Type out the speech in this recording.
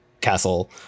castle